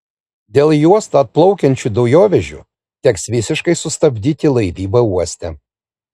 dėl į uostą atplauksiančių dujovežių teks visiškai sustabdyti laivybą uoste